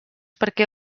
perquè